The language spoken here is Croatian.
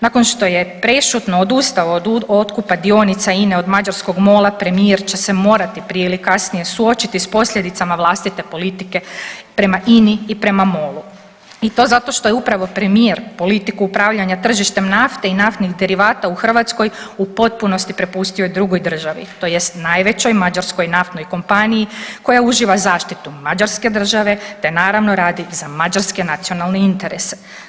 Nakon što je prešutno odustao od otkupa dionica INA-e od mađarskog MOG-a premijer će se morati prije ili kasnije suočiti s posljedicama vlastite politike prama INA-i i prema MOL-u i to zato što je upravo premijer politiku upravljanja tržištem nafte i naftnih derivata u Hrvatskoj u potpunosti prepustio drugoj državi tj. najvećoj mađarskoj naftnoj kompaniji koja uživa zaštitu Mađarske države te naravno radi za mađarske nacionalne interese.